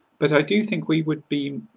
but i do think we would be